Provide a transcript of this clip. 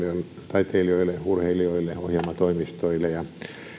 taiteilijoille urheilijoille ohjelmatoimistoille